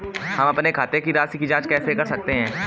हम अपने खाते की राशि की जाँच कैसे कर सकते हैं?